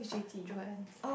Joanne